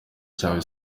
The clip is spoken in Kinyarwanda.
cyahawe